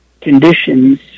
conditions